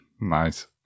Nice